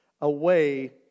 away